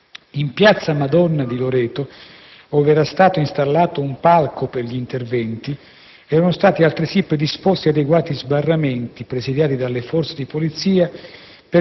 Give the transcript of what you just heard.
In piazza Madonna di Loreto, ove era stato installato un palco per gli interventi, erano stati altresì predisposti adeguati sbarramenti, presidiati dalle forze di polizia,